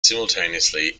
simultaneously